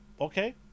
Okay